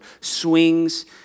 swings